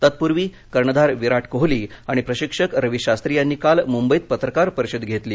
तत्पूर्वी कर्णधार विराट कोहली आणि प्रशिक्षक रवी शास्त्री यांनी काल मुंबईत पत्रकार परिषद घेतली